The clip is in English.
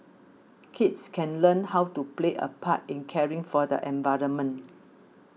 kids can learn how to play a part in caring for the environment